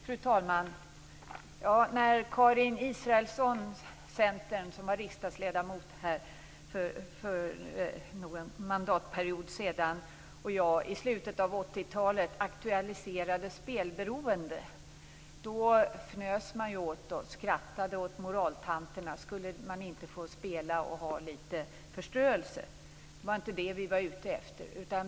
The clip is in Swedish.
Fru talman! När Karin Israelsson, Centern, som var riksdagsledamot för någon mandatperiod sedan, och jag i slutet av 80-talet aktualiserade spelberoendet fnös man åt oss. Man skrattade åt moraltanterna - skulle man inte få spela lite som förströelse? Men det var inte det som vi var ute efter.